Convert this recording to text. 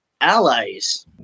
allies